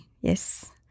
Yes